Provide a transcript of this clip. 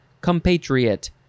compatriot